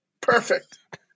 perfect